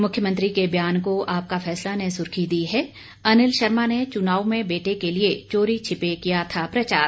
मुख्यमंत्री के बयान को आपका फैसला ने सुर्खी दी है अनिल शर्मा ने चुनाव में बेटे के लिये चोरी छिपे किया था प्रचार